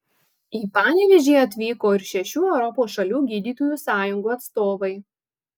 į panevėžį atvyko ir šešių europos šalių gydytojų sąjungų atstovai